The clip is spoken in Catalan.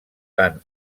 tant